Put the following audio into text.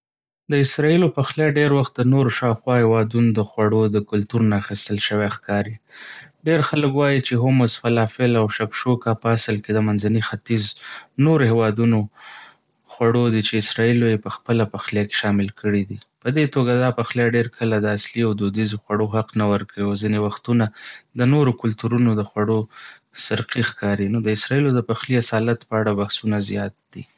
د اسراییلو پخلی ډیر وخت د نورو شاوخوا هېوادونو د خوړو د کلتور نه اخیستل شوی ښکاري. ډېر خلک وايي چې هوموس، فلافل او شکشوکا په اصل کې د منځني ختیځ نورو هېوادونو خوړو دي چې اسراییلو یې په خپله پخلي کې شامل کړي دي. په دې توګه، دا پخلی ډېر کله د اصلي او دودیزو خوړو حق نه ورکوي او ځینې وختونه د نورو کلتورونو د خوړو سرقې ښکاري. نو د اسراییلو د پخلي اصالت په اړه بحثونه زیات دي.